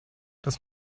das